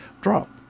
drop